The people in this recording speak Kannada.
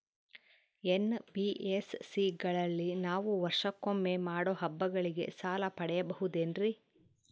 ಎನ್.ಬಿ.ಎಸ್.ಸಿ ಗಳಲ್ಲಿ ನಾವು ವರ್ಷಕೊಮ್ಮೆ ಮಾಡೋ ಹಬ್ಬಗಳಿಗೆ ಸಾಲ ಪಡೆಯಬಹುದೇನ್ರಿ?